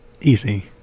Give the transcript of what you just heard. easy